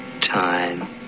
time